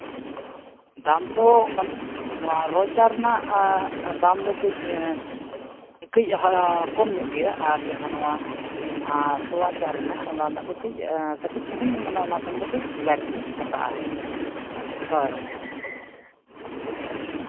ᱫᱟᱢ ᱫᱚ ᱢᱟᱱᱮ ᱱᱚᱣᱟ ᱨᱚ ᱪᱟ ᱨᱮᱱᱟᱜ ᱫᱟᱢ ᱫᱚ ᱠᱟᱹᱡᱼᱠᱟᱹᱡ ᱠᱚᱢ ᱧᱚᱜ ᱜᱮᱭᱟ ᱟᱨ ᱡᱟᱦᱟᱸ ᱱᱚᱣᱟ ᱛᱚᱣᱟ ᱪᱟ ᱨᱮᱱᱟᱜ ᱚᱱᱟ ᱨᱮᱱᱟᱜ ᱫᱚ ᱠᱟᱹᱡ ᱠᱟᱹᱴᱤᱡ ᱪᱩᱞᱩᱝ ᱢᱟᱱᱮ ᱚᱱᱟ ᱠᱷᱚᱱ ᱫᱚ ᱠᱟᱹᱡ ᱵᱟᱹᱲᱛᱤ ᱦᱟᱛᱟᱜᱼᱟ ᱦᱳᱭ ᱦᱳᱭ